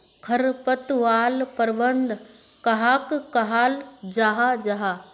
खरपतवार प्रबंधन कहाक कहाल जाहा जाहा?